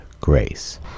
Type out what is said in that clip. grace